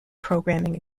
programming